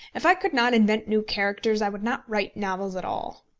if i could not invent new characters, i would not write novels at all.